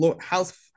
house